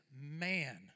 man